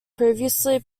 previously